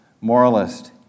moralist